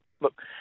Look